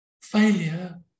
Failure